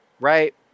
right